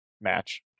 match